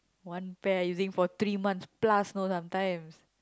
one pair using for three months plus know sometimes